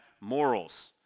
morals